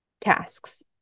tasks